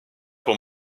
pour